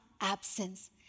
absence